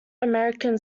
american